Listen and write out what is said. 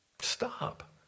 stop